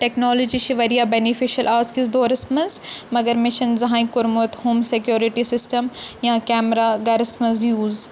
technology چھِ واریاہ beneficial آز کِس دورَس منٛز مگر مےٚ چھنہٕ زَہٕنۍ کوٚرمُت ہوم سِکِیورِٹِی سسٹَم یا کیٖمرَہ گَرَس منٛز یُوٗز